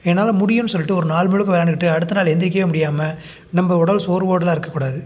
என்னால் முடியும்ன்னு சொல்லிட்டு ஒரு நாள் முழுக்க விளையாண்டுக்கிட்டு அடுத்த நாள் எழுந்திரிக்கவே முடியாமல் நம்ம உடல் சோர்வோடுலாம் இருக்கக்கூடாது